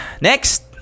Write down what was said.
next